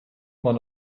man